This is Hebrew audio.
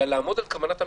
אלא לעמוד על כוונת המחוקק.